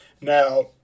Now